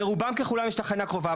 לרובם ככולם יש תחנה קרובה,